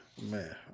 man